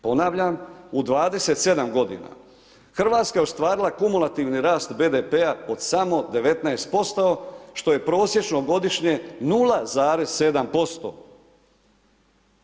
Ponavljam u 27 g. Hrvatska je ostvarila kumulativni rast BDP-a od samo 19% što je prosječno godišnje 0,7%